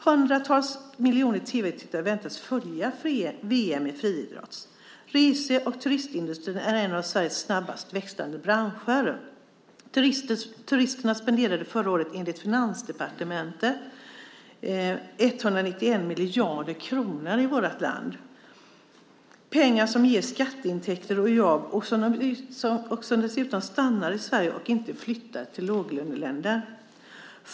Hundratals miljoner tv-tittare väntas följa VM i friidrott. Rese och turistindustrin är en av Sveriges snabbast växande branscher. Turisterna spenderade förra året enligt Finansdepartementet 191 miljarder kronor i vårt land. Det är pengar som ger skatteintäkter och som dessutom stannar i Sverige och inte flyttar till låglöneländer.